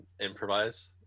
improvise